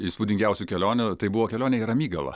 įspūdingiausių kelionių tai buvo kelionė į ramygalą